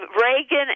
Reagan